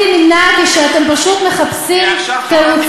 התחושה הבלתי-נמנעת היא שאתם פשוט מחפשים תירוצים.